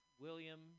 William